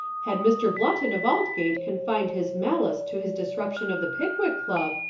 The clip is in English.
had mr. blotton of aldgate confined his malice to his disruption of the pickwick club,